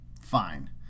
fine